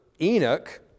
Enoch